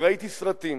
וראיתי סרטים